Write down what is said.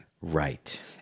Right